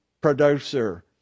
producer